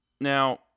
Now